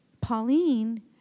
Pauline